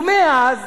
ומאז,